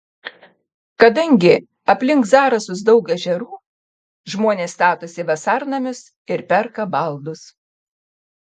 kadangi aplink zarasus daug ežerų žmonės statosi vasarnamius ir perka baldus